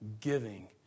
giving